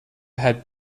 had